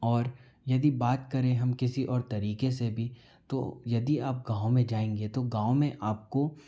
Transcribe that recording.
और यदि बात करें हम किसी और तरीके से भी तो यदि आप गाँव में जाएंगे तो गाँव में आपको